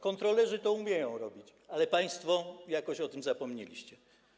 Kontrolerzy umieją to robić, ale państwo jakoś o tym zapomnieliście.